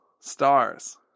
stars